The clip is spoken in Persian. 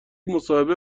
مصاحبه